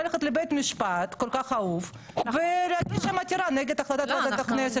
ללכת לבית משפט שכל-כך אהוב ולהגיש שם עתירה נגד החלטת ועדת הכנסת.